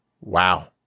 Wow